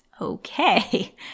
Okay